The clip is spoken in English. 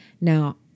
Now